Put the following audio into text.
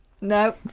No